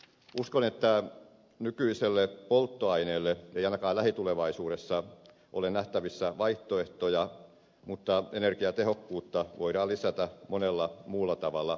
uskon että nykyiselle polttoaineelle ei ainakaan lähitulevaisuudessa ole nähtävissä vaihtoehtoja mutta energiatehokkuutta voidaan lisätä monella muulla tavalla